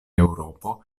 eŭropo